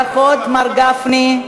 ברכות, מר גפני.